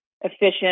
efficient